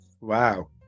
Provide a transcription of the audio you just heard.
Wow